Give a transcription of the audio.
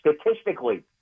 statistically